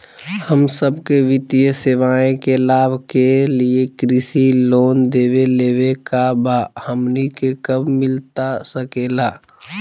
हम सबके वित्तीय सेवाएं के लाभ के लिए कृषि लोन देवे लेवे का बा, हमनी के कब मिलता सके ला?